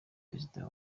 perezida